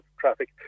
traffic